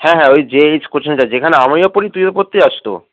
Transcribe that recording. হ্যাঁ হ্যাঁই যেই কোচিংটা যেখানে আমিও পড়ি তুইও পড়তে যাস তো